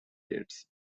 gates